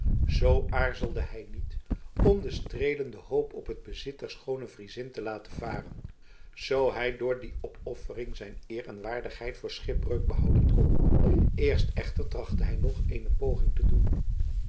zoo aarzelde hij niet om de streelende hoop op het bezit der schoone friezin te laten varen zoo hij door die opoffering zijn eer en waardigheid voor schipbreuk behouden kon eerst echter trachtte hij nog eene poging te doen